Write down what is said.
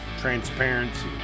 transparency